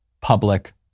public